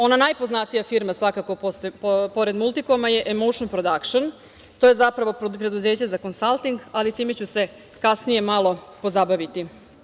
Ona najpoznatija firma, svakako pored „Multikoma“ je „Emoušn prodakšn“, to je zapravo preduzeće za konsalting, ali time ću se kasnije malo pozabaviti.